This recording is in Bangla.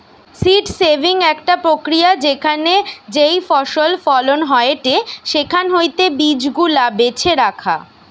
সীড সেভিং একটা প্রক্রিয়া যেখানে যেই ফসল ফলন হয়েটে সেখান হইতে বীজ গুলা বেছে রাখা